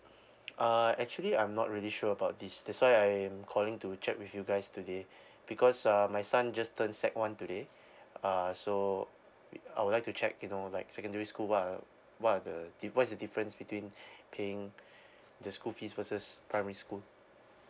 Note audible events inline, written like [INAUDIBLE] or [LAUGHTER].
uh actually I'm not really sure about this that's why I am calling to check with you guys today because um my son just turned sec one today uh so I would like to check you know like secondary school what are what are the dif~ what is the difference between [BREATH] paying the school fees versus primary school